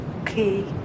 Okay